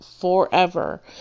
forever